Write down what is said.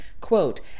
Quote